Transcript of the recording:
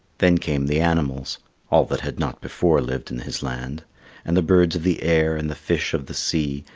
then came the animals all that had not before lived in his land and the birds of the air and the fish of the sea,